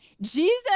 Jesus